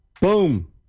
Boom